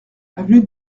avenue